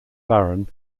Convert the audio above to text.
baron